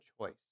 choice